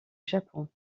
japon